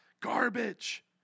garbage